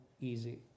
easy